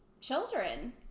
children